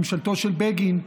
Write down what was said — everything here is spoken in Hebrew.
ממשלתו של בגין,